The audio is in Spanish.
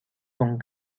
con